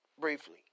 briefly